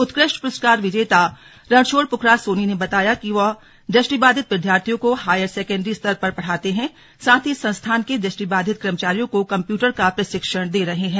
उत्कृष्ट पुरस्कार विजेता रणछोड़ पुखराज सोनी ने बताया कि वह दृष्टिबाधित विधार्थियों को हायर सेकेंडरी स्तर पर पढ़ाते हैं साथ ही संस्थान के दृष्टिबाधित कर्मचारियों को कंप्यूटर का प्रशिक्षण दे रहे हैं